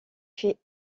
fait